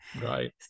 Right